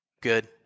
good